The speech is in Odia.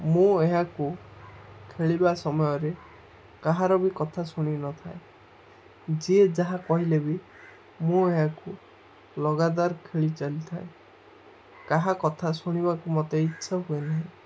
ମୁଁ ଏହାକୁ ଖେଳିବା ସମୟରେ କାହାର ବି କଥା ଶୁଣିନଥାଏ ଯିଏ ଯାହା କହିଲେ ବି ମୁଁ ଏହାକୁ ଲଗାତାର୍ ଖେଳି ଚାଲିଥାଏ କାହା କଥା ଶୁଣିବାକୁ ମୋତେ ଇଚ୍ଛା ହୁଏନାହିଁ